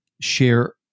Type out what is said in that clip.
share